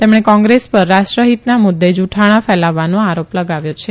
તેમણે કોંગ્રેસ પર રાષ્ટ્રફીતના મુદ્દે જુઠાણા ફેલાવવાનો આરોપ લગાવ્યો છે